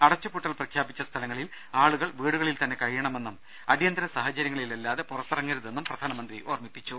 അടച്ചുപൂട്ടൽ പ്രഖ്യാപിച്ച സ്ഥലങ്ങളിൽ ആളുകൾ വീടുകളിൽ തന്നെ കഴിയണമെന്നും അടിയന്തര സാഹചര്യങ്ങളിൽ അല്ലാതെ പുറത്തിറങ്ങരുതെന്നും പ്രധാനമന്ത്രി ഓർമിപ്പിച്ചു